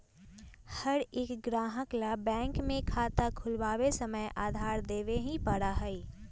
हर एक ग्राहक ला बैंक में खाता खुलवावे समय आधार देवे ही पड़ा हई